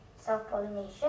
self-pollination